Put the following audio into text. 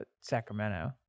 Sacramento